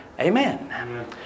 Amen